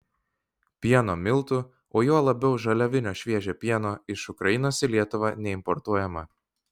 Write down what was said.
pieno miltų o juo labiau žaliavinio šviežio pieno iš ukrainos į lietuvą neimportuojama